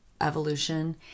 evolution